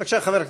ראשונה,